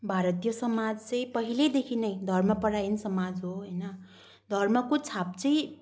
भारतीय समाज चाहिँ पहिलेदेखि नै धर्म परायण समाज हो होइन धर्मको छाप चाहिँ